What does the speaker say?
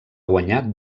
guanyar